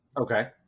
Okay